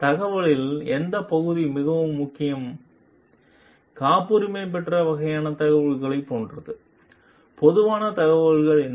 தகவலின் எந்த பகுதி மிகவும் முக்கியம் காப்புரிமை பெற்ற வகையான தகவல்களைப் போன்றது பொதுவான தகவல்கள் என்ன